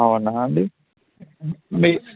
అవునా అండి మీ